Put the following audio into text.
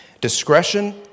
Discretion